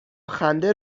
خنده